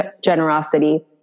generosity